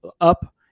up